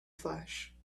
flash